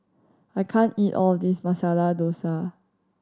I can't eat all of this Masala Dosa